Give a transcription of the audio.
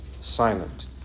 silent